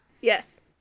Yes